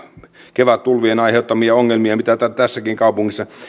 kevättulvien aiheuttamia ongelmia kun tässäkin kaupungissa